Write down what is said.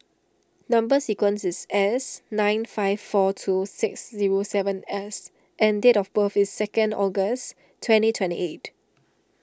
Number Sequence is S nine five four two six zero seven S and date of birth is second August twenty twenty eight